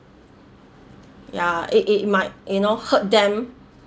ya it it might you know hurt them